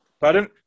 pardon